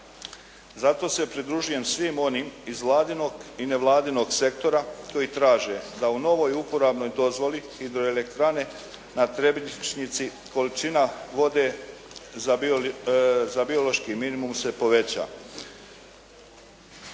Zato se pridružujem svima onima iz Vladinog i nevladinog sektora koji traže da u novoj uporabnoj dozvoli hidroelektrane na Trebišnjici količina vode za biološki minimum se poveća.